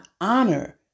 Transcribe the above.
honor